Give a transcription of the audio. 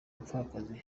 abapfakazi